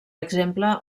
exemple